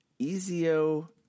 Ezio